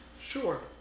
Sure